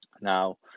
now